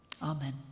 amen